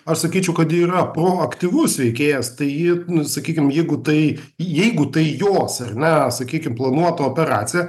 aš sakyčiau kad ji yra proaktyvus veikėjas tai ji nu sakykim jeigu tai jeigu tai jos ar ne sakykim planuota operacija